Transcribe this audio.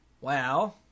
Wow